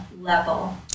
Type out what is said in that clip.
level